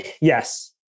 yes